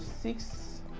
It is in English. six